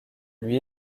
lui